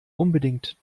unbedingt